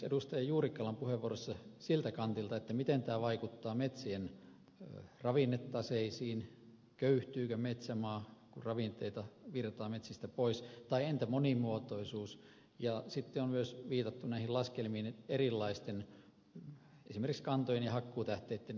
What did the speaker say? juurikkalan puheenvuorossa siltä kantilta miten tämä vaikuttaa metsien ravinnetaseisiin köyhtyykö metsämaa kun ravinteita virtaa metsistä pois tai entä monimuotoisuus ja sitten on myös viitattu näihin laskelmiin esimerkiksi erilaisten kantojen ja hakkuutähteitten ilmastovaikutuksista